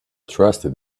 trusted